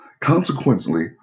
Consequently